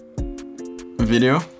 video